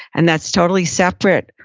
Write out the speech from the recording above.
and that's totally separate,